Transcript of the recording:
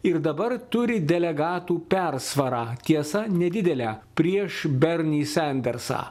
ir dabar turi delegatų persvarą tiesa nedidelę prieš bernį sandersą